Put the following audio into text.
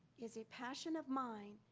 is a passion of mine,